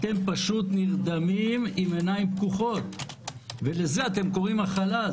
אתם נרדמים עם עיניים פקוחות ולזה אתם קוראים הכלה.